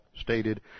stated